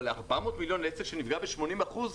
אבל 400 מיליון לעסק שנפגע ב-80%.